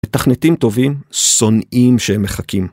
מתכנתים טובים שונאים שהם מחכים.